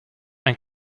ein